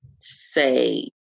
say